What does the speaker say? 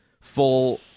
full